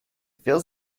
feels